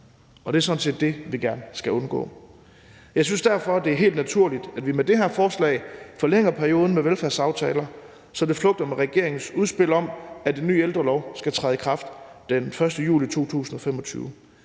og det er sådan set det, vi gerne skal undgå. Jeg synes derfor, det er helt naturligt, at vi med det her forslag forlænger perioden med velfærdsaftaler, så det flugter med regeringens udspil om, at en ny ældrelov skal træde i kraft den 1. juli 2025.